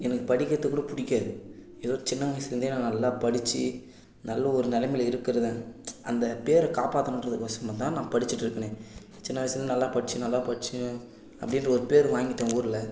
எனக்கு படிக்கிறதுக்கு கூட பிடிக்காது ஏதோ சின்ன வயதிலேருந்தே நான் நல்லா படித்து நல்ல ஒரு நிலமையில இருக்கிறது அந்த பேரை காப்பாற்றணுன்றதுக்கு கோசரம் தான் நான் படிச்சுட்டு இருக்கிறனே சின்ன வயதிலேருந்து நல்லா படித்தேன் நல்லா படித்தேன் அப்படின்ற ஒரு பேர் வாங்கிவிட்டேன் ஊரில்